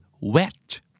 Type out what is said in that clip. wet